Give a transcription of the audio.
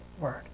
word